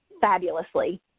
fabulously